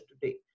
today